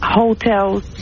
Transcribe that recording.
hotels